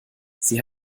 sie